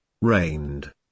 rained